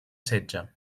setge